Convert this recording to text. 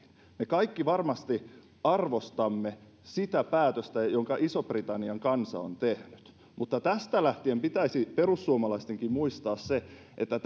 me kaikki varmasti arvostamme sitä päätöstä jonka ison britannian kansa on tehnyt mutta tästä lähtien pitäisi perussuomalaistenkin muistaa se että